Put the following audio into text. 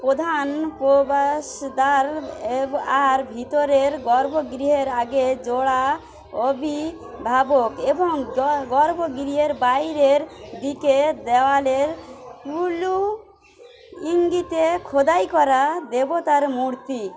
প্রধান প্রবেশদ্বার আর ভিতরের গর্ভগৃহের আগে জোড়া অভিভাবক এবং গর্ভগৃহের বাইরের দিকে দেওয়ালের ইঙ্গিতে খোদাই করা দেবতার মূর্তি